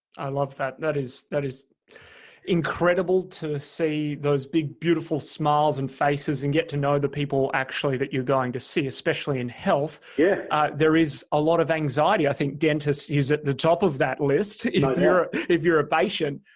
i love that. that is that is incredible to see, those big beautiful smiles and faces, and get to know the people, actually, that you're going to see, especially in health, yeah there is a lot of anxiety. i think, dentist is at the top of that list, ah if you're a patient.